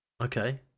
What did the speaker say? Okay